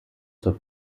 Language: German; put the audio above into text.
zur